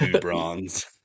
bronze